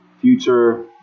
future